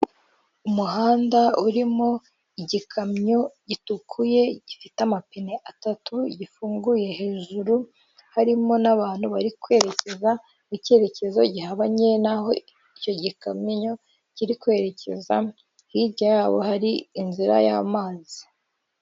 Umuhanda urimo igikamyo gitukuye gifite amapine atatu gifunguye hejuru harimo n'abantu bari kwerekeza icyerekezo gihabanye n'aho icyo gikamyo kiri kwerekezamo, hirya yabo hari inzira y'amazi.